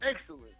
excellent